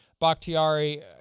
Bakhtiari